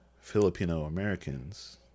filipino-americans